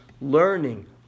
learning